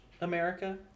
america